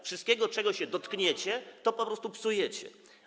Wszystko, czego się dotkniecie, po prostu psujecie.